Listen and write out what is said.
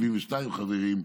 72 חברים,